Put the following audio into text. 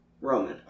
Roman